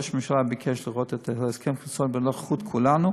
ראש הממשלה ביקש לראות את ההסכם הקואליציוני בנוכחות כולנו,